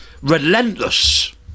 Relentless